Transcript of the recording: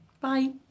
Bye